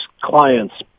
clients